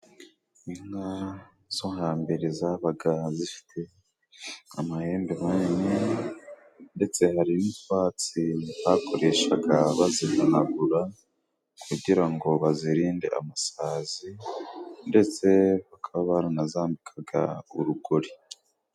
Inka zo hambere zabaga zifite amahembe manini ndetse hari n'utwatsi bakoreshaga bazihanagura kugira ngo bazirinde amasazi ndetse bakaba baranazambikaga urugori.